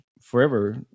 forever